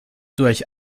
durch